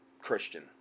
christian